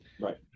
Right